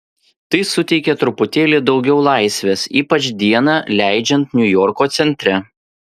tai suteikia truputėlį daugiau laisvės ypač dieną leidžiant niujorko centre